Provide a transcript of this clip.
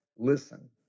listen